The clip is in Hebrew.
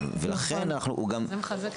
עושה את ההדרכה ומישהו אחר זמין למענה,